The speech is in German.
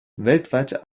weltweit